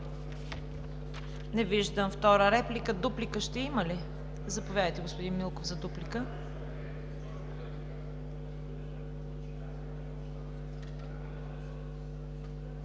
Не виждам втора реплика. Дуплика ще има ли? Заповядайте, господин Милков, за дуплика.